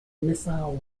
missile